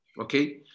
okay